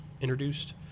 introduced